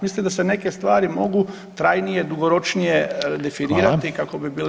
Mislim da se neke stvari mogu trajnije, dugoročnije definirati kako [[Upadica: Hvala.]] bi bile